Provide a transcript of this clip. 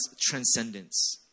transcendence